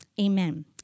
amen